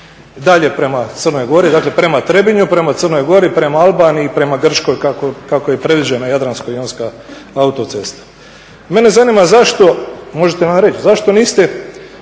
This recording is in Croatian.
dalje prema Crnoj Gori, prema TRebinju, prema Crnoj Gori, prema Albaniji i Grčkoj kako je predviđena Jadransko-jonska autocesta. Mene zanima, možete li nam reći, zašto niste